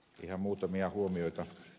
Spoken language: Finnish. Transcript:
ihan muutamia huomioita